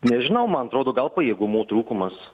nežinau man atrodo gal pajėgumų trūkumas